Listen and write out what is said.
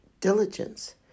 diligence